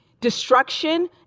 destruction